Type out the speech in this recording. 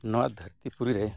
ᱱᱚᱣᱟ ᱫᱷᱟᱹᱨᱛᱤ ᱯᱩᱨᱤ ᱨᱮ